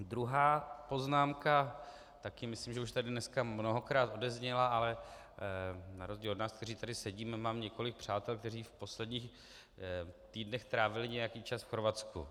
Druhá poznámka, také myslím, že už tady dneska mnohokrát odezněla, ale na rozdíl od nás, kteří tady sedíme, mám několik přátel, kteří v posledních týdnech trávili nějaký čas v Chorvatsku.